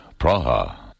Praha